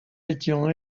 étions